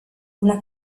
una